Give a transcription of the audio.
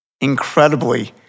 Incredibly